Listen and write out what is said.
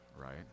right